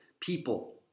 people